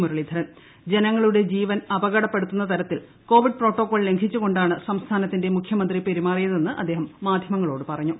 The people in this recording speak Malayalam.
മുരളീധരൻ ജനങ്ങളുടെ ജീവൻ അപകടപ്പെടുത്തുന്ന തരത്തിൽ കോവിഡ് പ്രോട്ടോകോൾ ലംഘിച്ചു കൊണ്ടാണ് സംസ്ഥാനത്തിന്റെ മുഖ്യമന്ത്രി പെരുമാറിയതെന്ന് അദ്ദേഹം മാധ്യമങ്ങളോട് പറഞ്ഞു